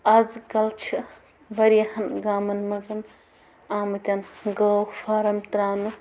آز کَل چھِ واریاہَن گامَن منٛز آمٕتۍ گٲو فارَم ترٛاونہٕ